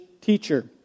teacher